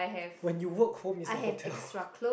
when you work home is a hotel